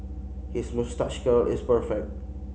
his moustache curl is perfect